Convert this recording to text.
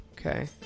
Okay